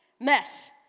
mess